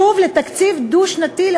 שוב לתקציב דו-שנתי.